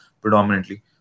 predominantly